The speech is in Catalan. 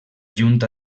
junta